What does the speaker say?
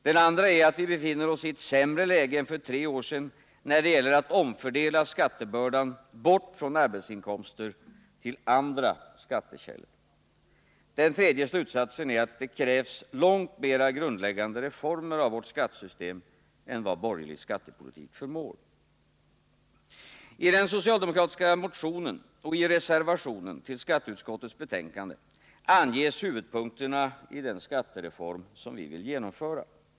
Den andra är att vi befinner oss i ett sämre läge än för tre år sedan när det gäller att omfördela skattebördan från arbetsinkomster till andra skattekällor. Den tredje slutsatsen är att det krävs långt mer grundläggande reformer av vårt skattesystem än vad borgerlig skattepolitik förmår. I den socialdemokratiska motionen och i reservationen till skatteutskottets betänkande anges huvudpunkterna i den skattereform som vi vill genomföra.